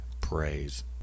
praise